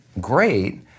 great